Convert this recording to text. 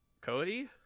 cody